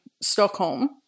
Stockholm